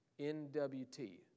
NWT